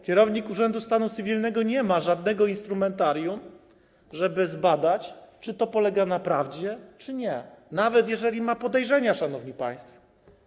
Kierownik urzędu stanu cywilnego nie ma żadnego instrumentarium, żeby zbadać, czy to polega na prawdzie, czy nie, nawet jeżeli ma podejrzenia, szanowni państwo.